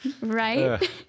Right